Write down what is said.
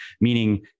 Meaning